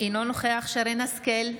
אינו נוכח שרן מרים השכל,